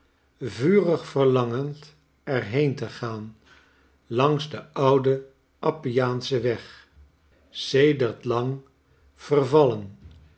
vurig verlangend er heen te gaan langs den ouden appiaanschen weg sedert lang vervallen